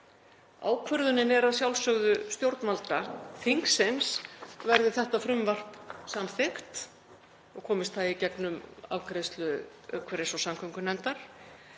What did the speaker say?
Ákvörðunin er að sjálfsögðu stjórnvalda, þingsins, verði þetta frumvarp samþykkt og komist það í gegnum afgreiðslu umhverfis- og samgöngunefndar.